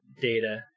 data